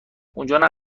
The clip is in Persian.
اونجا